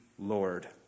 Lord